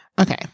Okay